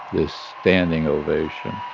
this standing ovation.